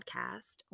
podcast